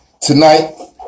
Tonight